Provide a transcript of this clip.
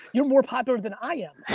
you're more popular than i am.